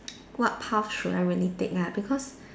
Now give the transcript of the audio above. what path should I really take lah because